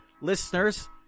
Listeners